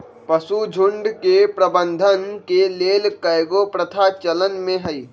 पशुझुण्ड के प्रबंधन के लेल कएगो प्रथा चलन में हइ